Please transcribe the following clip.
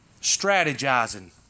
Strategizing